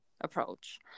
approach